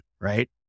Right